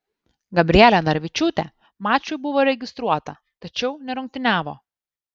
gabrielė narvičiūtė mačui buvo registruota tačiau nerungtyniavo